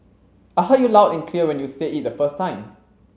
I heard you loud and clear when you said it the first time